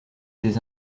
des